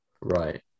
Right